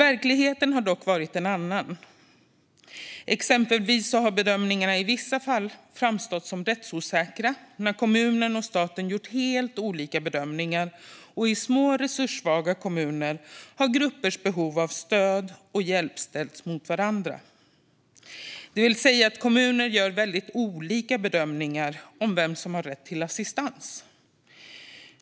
Verkligheten har dock varit en annan. Exempelvis har bedömningarna i vissa fall framstått som rättsosäkra när kommunen och staten gjort helt olika bedömningar. I små resurssvaga kommuner har gruppers behov av stöd och hjälp ställts mot varandra. Kommuner gör väldigt olika bedömningar av vem som har rätt till assistans.